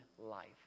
life